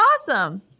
awesome